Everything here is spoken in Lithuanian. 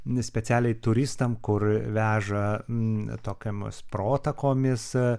specialiai turistams kur veža tokiomis protakomis